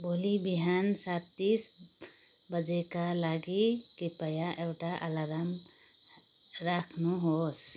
भोलि बिहान सात तिस बजेका लागि कृपया एउटा अलार्म राख्नुहोस्